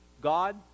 God